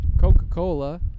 Coca-Cola